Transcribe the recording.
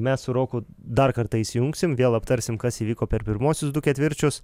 mes su roku dar kartą įsijungsim vėl aptarsim kas įvyko per pirmuosius du ketvirčius